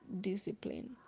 discipline